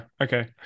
Okay